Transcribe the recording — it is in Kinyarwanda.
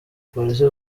polisi